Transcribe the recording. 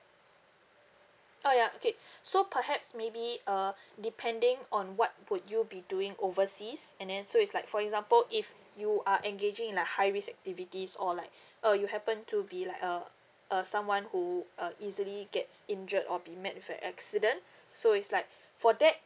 ah ya okay so perhaps maybe uh depending on what would you be doing overseas and then so is like for example if you are engaging in like high risk activities or like uh you happen to be like uh uh someone who uh easily gets injured or be met with an accident so is like for that